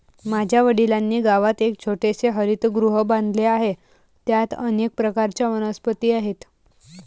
माझ्या वडिलांनी गावात एक छोटेसे हरितगृह बांधले आहे, त्यात अनेक प्रकारच्या वनस्पती आहेत